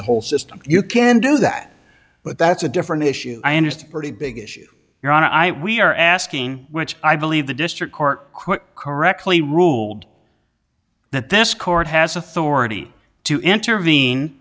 the whole system you can do that but that's a different issue i understand pretty big issue here i we're asking which i believe the district court correctly ruled that this court has authority to intervene